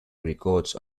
records